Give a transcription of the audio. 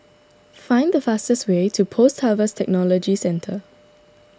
find the fastest way to Post Harvest Technology Centre